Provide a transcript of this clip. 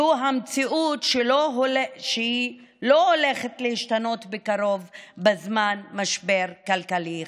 זו מציאות שלא הולכת להשתנות בקרוב בזמן משבר כלכלי חמור.